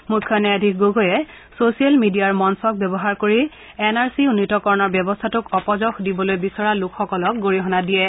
মুখ্য ন্যায়াধীশ গগৈয়ে ছচিয়েল মিডিয়াৰ মঞ্চক ব্যৱহাৰ কৰি এন আৰ চি উন্নীতকৰণৰ ব্যৱস্থাটোক অপযশ দিবলৈ বিচৰা লোকসকলক গৰিহণা দিয়ে